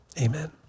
amen